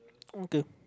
okay